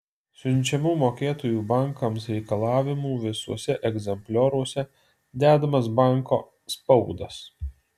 siunčiamų mokėtojų bankams reikalavimų visuose egzemplioriuose dedamas banko spaudas